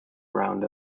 around